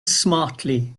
smartly